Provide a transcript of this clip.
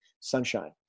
sunshine